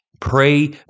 Pray